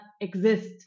exist